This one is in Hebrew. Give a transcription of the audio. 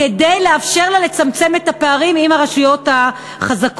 כדי לאפשר לה לצמצם את הפערים בינן לבין הרשויות החזקות.